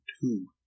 two